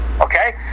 Okay